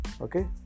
Okay